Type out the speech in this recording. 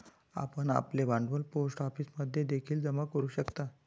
आपण आपले भांडवल पोस्ट ऑफिसमध्ये देखील जमा करू शकता